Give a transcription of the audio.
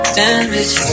damage